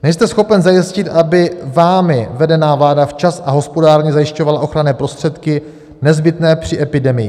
Nejste schopen zajistit, aby vámi vedená vláda včas a hospodárně zajišťovala ochranné prostředky nezbytné při epidemii.